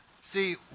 See